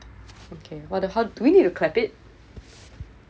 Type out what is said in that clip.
okay what the hell do we need to clap it